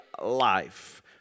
life